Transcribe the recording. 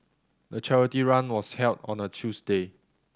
the charity run was held on a Tuesday